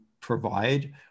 provide